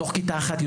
בתוך כיתה אחת,